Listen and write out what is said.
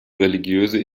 religiöse